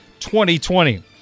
2020